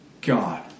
God